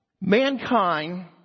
mankind